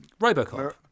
Robocop